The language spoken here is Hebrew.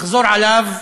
ואחזור עליו